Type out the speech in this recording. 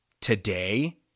today